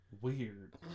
Weird